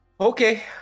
Okay